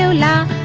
so la